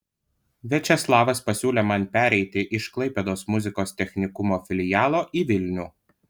viačeslavas pasiūlė man pereiti iš klaipėdos muzikos technikumo filialo į vilnių